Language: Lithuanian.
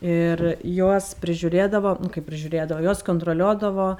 ir juos prižiūrėdavo nu kaip prižiūrėdavo juos kontroliuodavo